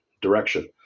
direction